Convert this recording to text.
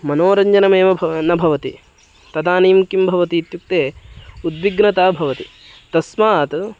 मनोरञ्जनमेव भवति न भवति तदानीं किं भवति इत्युक्ते उद्विग्नता भवति तस्मात्